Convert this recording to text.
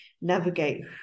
navigate